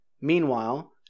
Meanwhile